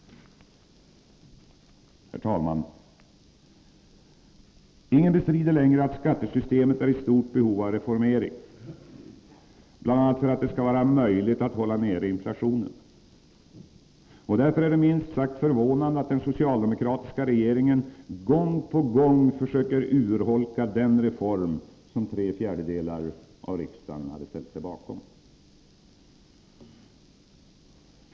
Herr talman! Ingen bestrider längre att skattesystemet är i stort behov av reformering, bl.a. för att det skall vara möjligt att hålla nere inflationen. Därför är det minst sagt förvånande att den socialdemokratiska regeringen gång på gång försöker urholka den reform som tre fjärdedelar av riksdagen hade ställt sig bakom.